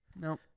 No